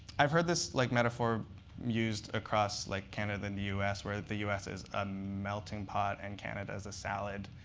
i've heard this like metaphor used across like canada and the us, where the us is a melting pot, and canada is a salad.